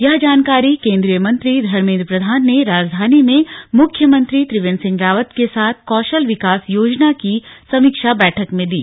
यह जानकारी केन्द्रीय मंत्री धर्मेन्द्र प्रधान ने राजधानी में मुख्यमंत्री त्रियेन्द्र सिंह रावत के साथ कौशल विकास योजना की समीक्षा बैठक में दी